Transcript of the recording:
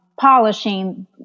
polishing